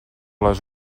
les